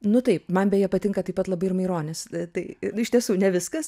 nu taip man beje patinka taip pat labai ir maironis tai iš tiesų ne viskas